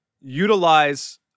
utilize